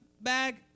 bag